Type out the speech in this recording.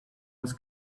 was